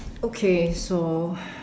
okay so